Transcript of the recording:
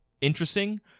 interesting